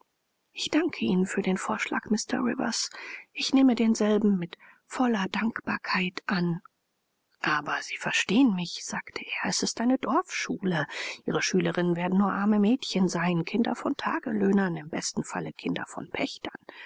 ich danke ihnen für den vorschlag mr rivers ich nehme denselben mit voller dankbarkeit an aber sie verstehen mich sagte er es ist eine dorfschule ihre schülerinnen werden nur arme mädchen sein kinder von tagelöhnern im besten falle kinder von pächtern